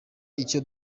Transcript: icyo